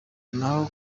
naho